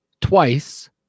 Twice